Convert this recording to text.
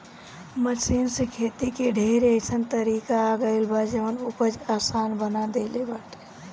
machine से खेती के ढेर अइसन तरीका आ गइल बा जवन उपज आसान बना देले बाटे